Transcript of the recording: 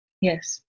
yes